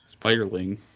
Spiderling